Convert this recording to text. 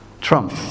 Trump